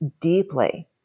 deeply